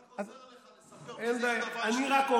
רק עוזר לך לספר מי זה